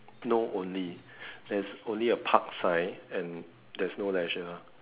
no only there's only a Park sign and there's no Leisure ah